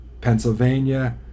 Pennsylvania